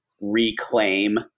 reclaim